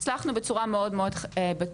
הצלחנו בצורה מאוד חלקית.